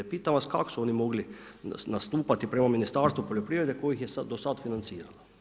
Pitam vas, kako su oni mogli nastupati prema Ministarstvu poljoprivrede koje ih je do sada financiralo?